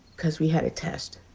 because we had a test.